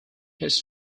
his